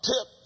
tip